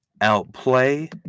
outplay